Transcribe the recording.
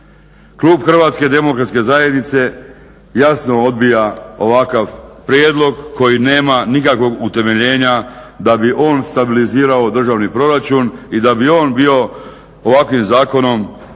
Klub Hrvatske Demokratske Zajednice jasno odbija ovakav prijedlog koji nema nikakvog utemeljenja da bi on stabilizirao državni proračun i da bi on bio ovakvim zakonom,